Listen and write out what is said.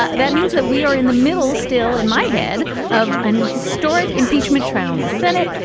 ah that means that we are in the middle, still in my head of an historic impeachment trial in the senate,